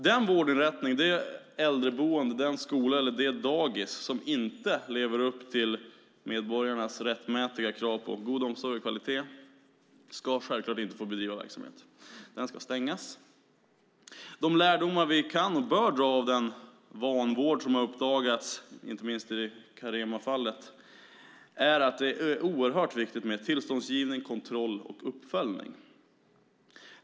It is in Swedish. Den vårdinrättning, det äldreboende, den skola eller det dagis som inte lever upp till medborgarnas rättmätiga krav på god omsorg och kvalitet ska självklart inte få bedriva verksamhet. Den ska stängas. De lärdomar vi kan och bör dra av den vanvård som har uppdagats, inte minst i Caremafallet, är att det är oerhört viktigt med tillståndsgivning, kontroll och uppföljning.